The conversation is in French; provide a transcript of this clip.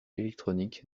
électronique